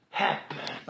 happen